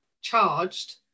charged